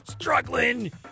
struggling